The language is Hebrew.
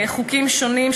בחוקים שונים,